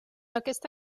aquesta